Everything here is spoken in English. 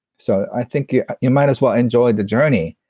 so, i think you you might as well enjoy the journey.